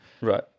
Right